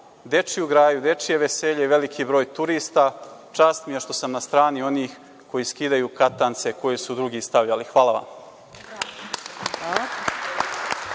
dečiju graju, dečije veselje i veliki broj turista. Čast mi je što sam na strani onih koji skidaju katance koje su drugi stavljali. Hvala.